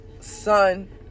son